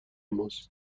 ماست